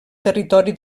territori